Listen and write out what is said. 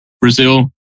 Brazil